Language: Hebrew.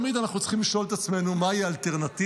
תמיד אנחנו צריכים לשאול את עצמנו מהי האלטרנטיבה,